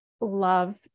love